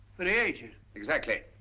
very aged. exactly.